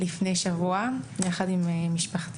לפני שבוע, יחד עם משפחתי,